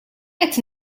qed